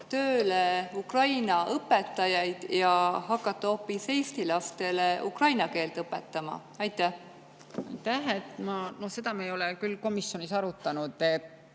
tööga Ukraina õpetajaid ja hakata hoopis eesti lastele ukraina keelt õpetama? Aitäh! Seda me ei ole küll komisjonis arutanud.